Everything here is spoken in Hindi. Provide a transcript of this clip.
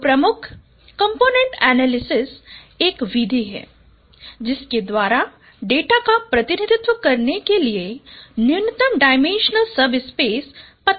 तो प्रमुख कॉम्पोनेन्ट एनालिसिस एक विधि है जिसके द्वारा डेटा का प्रतिनिधित्व करने के लिए न्यूनतम डायमेंशनल सबस्पेस पता चलता है